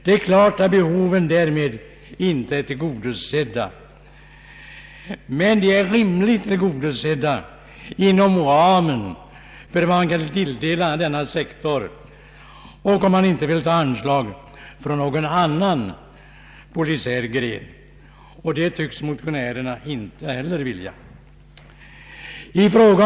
Det är klart att behoven därmed inte är tillgodosedda, men de är rimligt tillgodosedda inom ramen för vad man kan tilldela denna sektor, om man inte vill ta anslag från någon annan polisiär gren, vilket motionärerna inte heller tycks vilja.